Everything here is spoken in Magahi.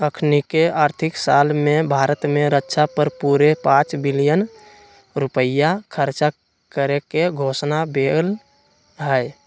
अखनीके आर्थिक साल में भारत में रक्षा पर पूरे पांच बिलियन रुपइया खर्चा करेके घोषणा भेल हई